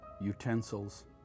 utensils